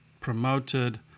promoted